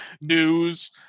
news